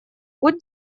путь